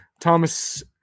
Thomas